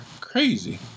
crazy